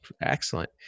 excellent